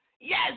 Yes